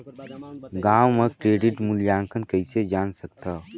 गांव म क्रेडिट मूल्यांकन कइसे जान सकथव?